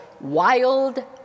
Wild